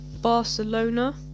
Barcelona